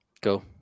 Go